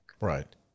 Right